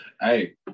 Hey